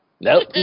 Nope